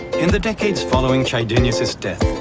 in the decades following chydenius' death,